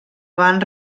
van